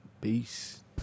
Peace